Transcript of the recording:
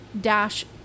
dash